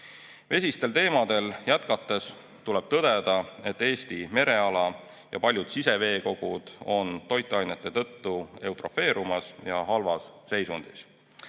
Vesistel teemadel jätkates tuleb tõdeda, et Eesti mereala ja paljud siseveekogud on toitainete tõttu eutrofeerumas ja halvas seisundis.